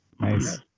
Nice